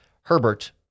Herbert